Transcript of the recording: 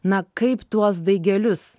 na kaip tuos daigelius